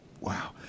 Wow